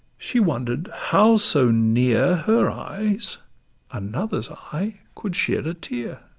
she wonder'd how so near her eyes another's eye could shed a tear.